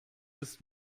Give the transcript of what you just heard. ist